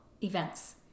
events